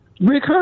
Rick